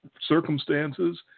circumstances